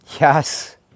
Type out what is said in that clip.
Yes